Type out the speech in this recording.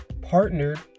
partnered